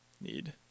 need